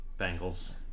Bengals